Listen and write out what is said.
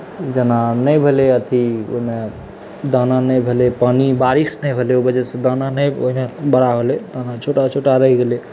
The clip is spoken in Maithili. जेना नहि भेलै एथी ओहिमे दाना नहि भेलै पानि बारिश नहि भेलै ओहि वजह से दाना नहि ओहन बड़ा भेलै दाना छोटा छोटा रहि गेलै